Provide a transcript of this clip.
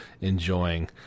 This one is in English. enjoying